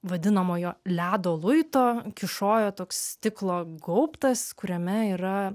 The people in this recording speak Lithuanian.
vadinamojo ledo luito kyšojo toks stiklo gaubtas kuriame yra